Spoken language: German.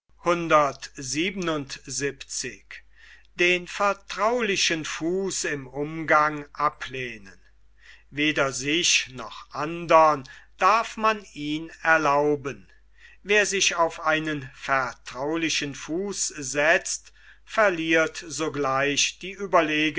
weder sich noch andern darf man ihn erlauben wer sich auf einen vertraulichen fuß setzt verliert sogleich die